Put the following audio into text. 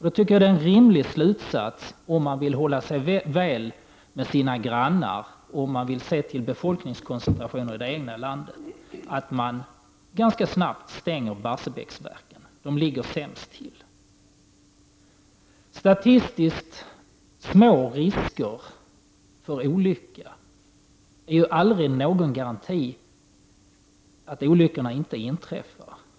Då tycker jag att det är en rimligt slutsats, om man vill hålla sig väl med sina grannar och om man ser till befolkningskoncentrationen i Sverige, att man ganska snart stänger Barsebäcksverken. De ligger sämst till. Statistiskt små risker för olyckor är aldrig någon garanti för att olyckor inte inträffar.